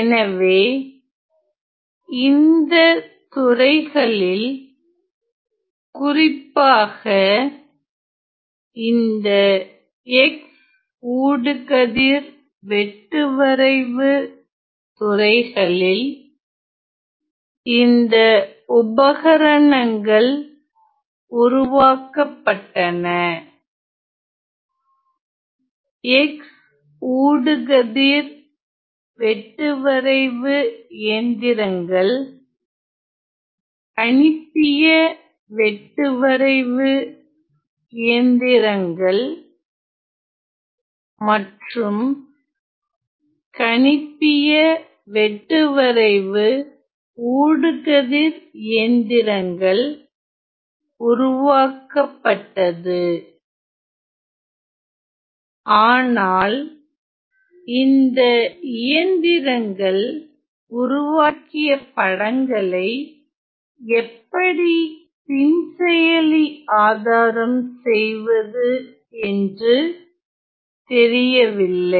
எனவே இந்த துறைகளில் குறிப்பாக இந்த x ஊடுகதிர் வெட்டுவரைவு துறைகளில் இந்த உபகரணங்கள் உருவாக்கப்பட்டன x ஊடுகதிர் வெட்டுவரைவு இயந்திரங்கள் கணிப்பிய வெட்டுவரைவு இயந்திரங்கள் மற்றும் கணிப்பிய வெட்டுவரைவு ஊடு கதிர் இயந்திரங்கள் உருவாக்கப்பட்டது ஆனால் இந்த இயந்திரங்கள் உருவாக்கிய படங்களை எப்படி பின்செயலி ஆதாரம் செய்வது என்று தெரியவில்லை